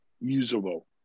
usable